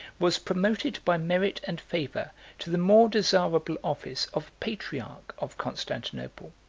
was promoted by merit and favor to the more desirable office of patriarch of constantinople.